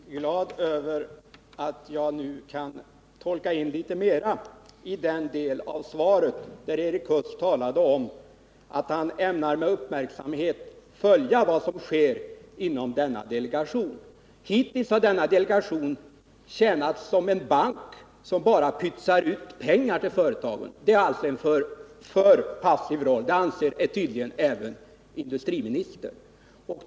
Herr talman! Jag är glad över att jag nu kan tolka in litet mer i den del av svaret där Erik Huss talade om att han med uppmärksamhet ämnade följa vad som sker inom strukturdelegationen. Hittills har delegationen bara tjänat som en bank som pytsar ut pengar till företagen ”pet ären för passiv roll — det anser tydligen även industriministern.